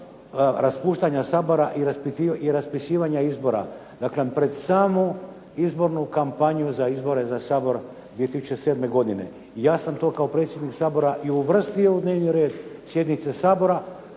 raspuštanja Sabora i raspisivanja izbora. Dakle, pred samu izbornu kampanju za izbore za Sabor 2007. godine. I ja sam to kao predsjednik Sabor i uvrstio u dnevni red sjednice Sabora.